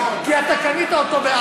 כי אתה קנית אותו ב-4.